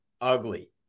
ugly